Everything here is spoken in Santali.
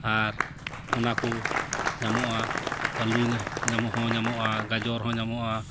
ᱟᱨ ᱚᱱᱟ ᱠᱚ ᱧᱟᱢᱚᱜᱼᱟ ᱟᱹᱞᱩ ᱧᱟᱢ ᱦᱚᱸ ᱧᱟᱢᱚᱜᱼᱟ ᱜᱟᱡᱚᱨ ᱦᱚᱸ ᱧᱟᱢᱚᱜᱼᱟ